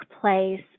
place